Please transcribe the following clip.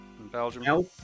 Belgium